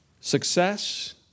success